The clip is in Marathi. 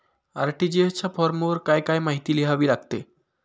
आर.टी.जी.एस च्या फॉर्मवर काय काय माहिती लिहावी लागते?